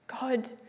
God